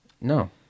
No